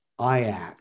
IACT